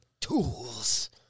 tools